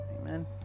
Amen